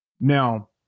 Now